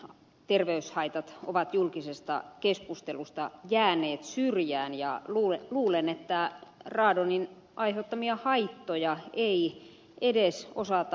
radonin terveyshaitat ovat julkisesta keskustelusta jääneet syrjään ja luulen että radonin aiheuttamia haittoja ei edes osata varoa